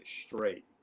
straight